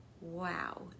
Wow